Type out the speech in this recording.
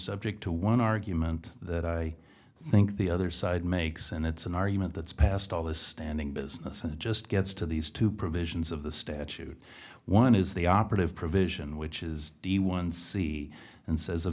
subject to one argument that i think the other side makes and it's an argument that's passed all the standing business and it just gets to these two provisions of the statute one is the operative provision which is the one see and says a